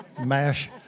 MASH